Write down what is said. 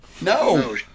No